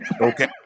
Okay